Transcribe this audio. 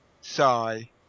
sigh